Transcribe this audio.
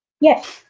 Yes